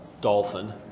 dolphin